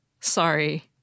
Sorry